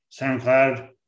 SoundCloud